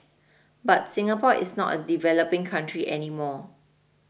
but Singapore is not a developing country any more